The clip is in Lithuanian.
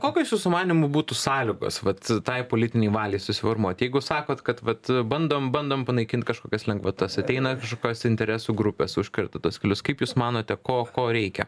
kokios jūsų manymu būtų sąlygos vat tai politinei valiai susiformuoti jeigu sakot kad vat bandom bandom panaikint kažkokias lengvatas ateina kažkokios interesų grupės užkerta tuos kelius kaip jūs manote ko ko reikia